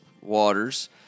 waters